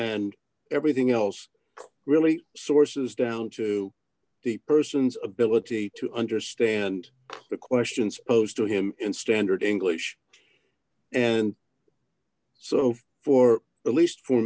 and everything else really sources to the person's ability to understand the questions posed to him in standard english and so for at least for